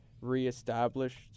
reestablished